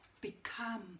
Become